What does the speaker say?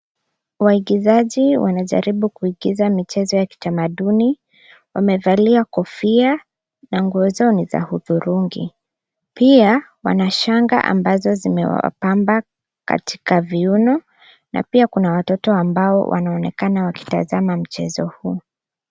Waigizaji wanajaribu kuigiza michezo ya kitamaduni, wamevalia kofia na nguo zao ni za hudhurungi, pia wanashanga ambazo zimewapamba katika viuno na pia kuna watoto ambao wanaonekana wakitazama mchezo huo.